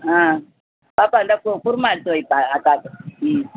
ஆ பாப்பா இந்த கு குருமா எடுத்து வைப்பா அக்காவுக்கு ம்